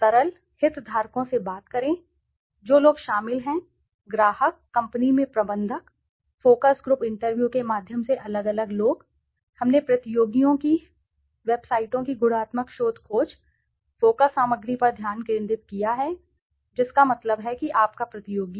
सरल हितधारकों से बात करें जो लोग शामिल हैं ग्राहक कंपनी में प्रबंधक फ़ोकस ग्रुप इंटरव्यू के माध्यम से अलग अलग लोग हमने प्रतियोगियों की वेबसाइटों की गुणात्मक शोध खोज फ़ोकस सामग्री पर ध्यान केंद्रित किया है जिसका मतलब है कि आपका प्रतियोगी